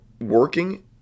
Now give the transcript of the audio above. working